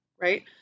right